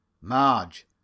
Marge